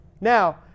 Now